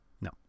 No